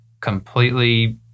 completely